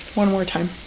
one more time